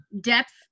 depth